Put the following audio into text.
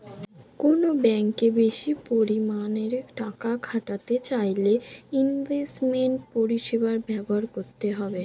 কোনো ব্যাঙ্কে বেশি পরিমাণে টাকা খাটাতে চাইলে ইনভেস্টমেন্ট পরিষেবা ব্যবহার করতে হবে